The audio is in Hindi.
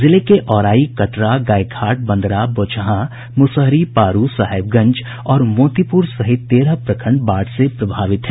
जिले के औराई कटरा गायघाट बंदरा बोचहां मुसहरी पारू साहेबगंज और मोतीपुर सहित तेरह प्रखंड बाढ़ से प्रभावित हैं